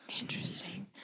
Interesting